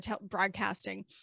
broadcasting